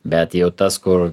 bet jau tas kur